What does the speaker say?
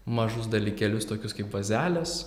mažus dalykėlius tokius kaip vazelės